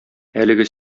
әлеге